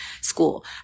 school